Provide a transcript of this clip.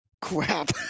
crap